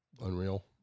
Unreal